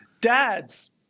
dads